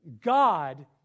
God